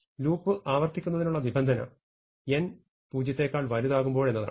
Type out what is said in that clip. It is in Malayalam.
ലൂപ്പ് ആവർത്തിക്കുന്നതിനുള്ള നിബന്ധന n 1 എന്നതാണ്